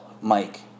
Mike